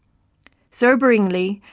soberingly,